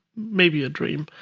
maybe a dream.